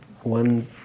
one